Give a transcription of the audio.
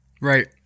Right